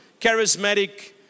charismatic